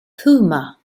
puma